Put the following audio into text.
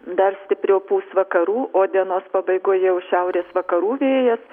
dar stipriau pūs vakarų o dienos pabaigoj jau šiaurės vakarų vėjas